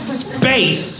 space